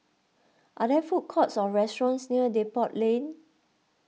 are there food courts or restaurants near Depot Lane